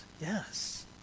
Yes